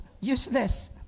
Useless